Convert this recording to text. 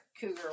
Cougar